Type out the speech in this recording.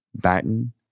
Barton